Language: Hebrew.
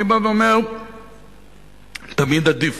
אני בא ואומר שתמיד עדיף